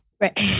right